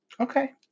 Okay